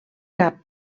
cap